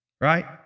Right